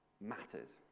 matters